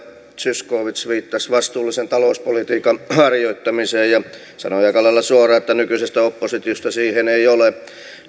zyskowicz viittasi vastuullisen talouspolitiikan harjoittamiseen ja sanoi aika lailla suoraan että nykyisestä oppositiosta siihen ei ole